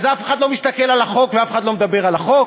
אז אף אחד לא מסתכל על החוק ואף אחד לא מדבר על החוק,